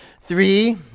Three